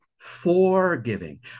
forgiving